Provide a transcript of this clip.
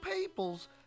people's